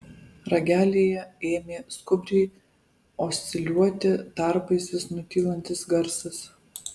ragelyje ėmė skubriai osciliuoti tarpais vis nutylantis garsas